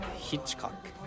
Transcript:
Hitchcock